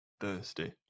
Thirsty